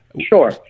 Sure